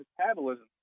metabolism